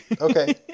Okay